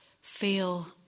feel